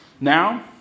Now